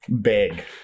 Big